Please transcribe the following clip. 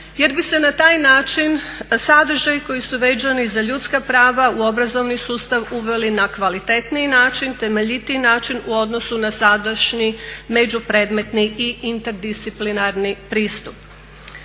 jer bi se na taj način sadržaj koji su …ljudska prava u obrazovni sustav uveli na kvalitetniji način, temeljitiji način u odnosu na sadašnji međupredmetni i interdisciplinarni pristup.